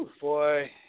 boy